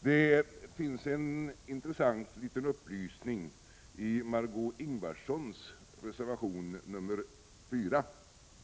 Det finns en intressant liten upplysning i Margé6 Ingvardssons reservation, nr 3.